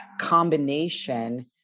combination